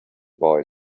boy